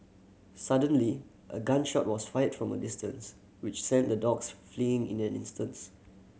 suddenly a gun shot was fired from a distance which sent the dogs fleeing in an instants